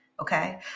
Okay